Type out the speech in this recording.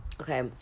okay